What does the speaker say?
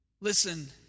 Listen